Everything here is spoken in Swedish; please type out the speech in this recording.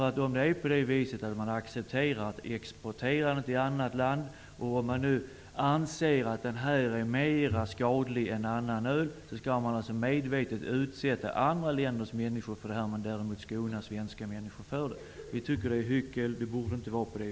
Att acceptera att ölet exporteras till annat land, samtidigt som man anser att detta öl är mera skadligt än annat öl, innebär att medvetet utsätta andra länders människor medan däremot svenska människor skonas. Vi tycker att det är hyckel. Det borde inte vara så.